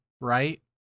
right